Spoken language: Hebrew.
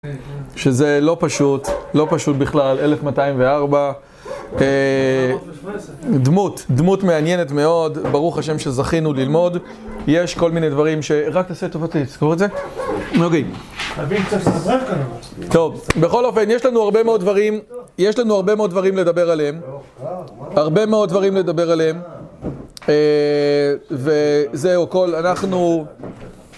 שזה לא פשוט, לא פשוט בכלל, 1,204, דמות, דמות מעניינת מאוד ברוך השם שזכינו ללמוד יש כל מיני דברים ש... רק תעשה לי טובה, תסגור את זה? ...טוב, בכל אופן, יש לנו הרבה מאוד דברים יש לנו הרבה מאוד דברים לדבר עליהם הרבה מאוד דברים לדבר עליהם וזהו, כל, אנחנו